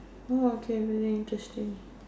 oh okay very interesting